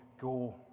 go